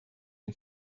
den